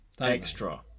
Extra